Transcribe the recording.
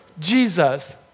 Jesus